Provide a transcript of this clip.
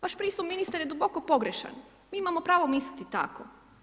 Vaš pristup ministre je duboko pogrešan, mi imamo pravo misliti tako.